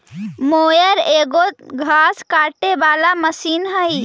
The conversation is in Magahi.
मोअर एगो घास काटे वाला मशीन हई